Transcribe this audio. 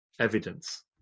evidence